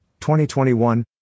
2021